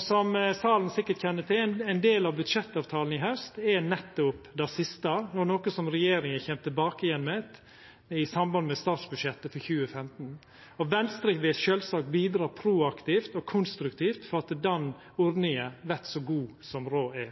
Som salen sikkert kjenner til, er ein del av budsjettavtalen i haust nettopp det siste, noko som regjeringa kjem tilbake igjen til i samband med statsbudsjettet for 2015, og Venstre vil sjølvsagt bidra proaktivt og konstruktivt til at den ordninga vert så god som råd er.